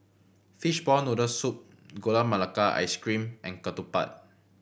fishball noodle soup Gula Melaka Ice Cream and ketupat